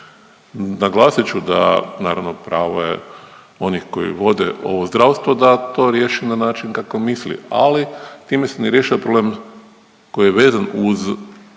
Naglasit ću da, naravno pravo je onih koji vode ovo zdravstvo da to riješi na način kako misli, ali time se ne rješava problem koji je vezan uz